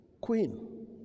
queen